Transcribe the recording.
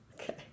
Okay